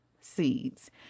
seeds